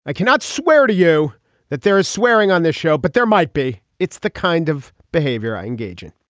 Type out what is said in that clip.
i cannot swear to you that there is swearing on this show, but there might be. it's the kind of behavior i engage in